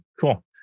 cool